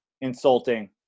insulting